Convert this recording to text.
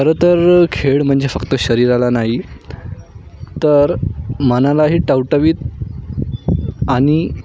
खरंतर खेळ म्हणजे फक्त शरीराला नाही तर मनालाही टवटवीत आणि